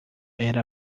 era